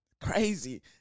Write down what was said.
crazy